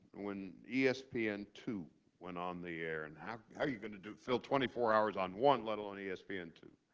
when e s p n two went on the air, and how are you going to fill twenty four hours on one let alone e s p n two?